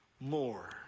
more